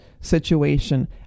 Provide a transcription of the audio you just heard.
situation